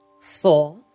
four